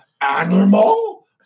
animal